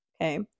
okay